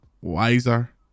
Wiser